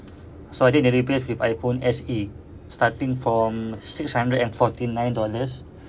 so I think they replace with iphone S_E starting from six hundred and forty nine dollars